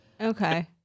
Okay